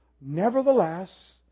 nevertheless